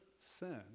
sin